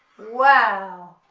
wow,